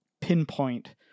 pinpoint